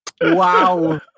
Wow